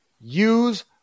use